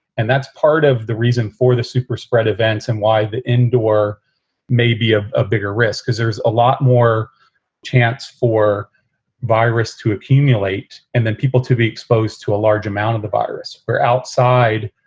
and that's part of the reason for the super spread events and why the indoor may be ah a bigger risk, because there's a lot more chance for virus to accumulate and then people to be exposed to a large amount of the virus were outside.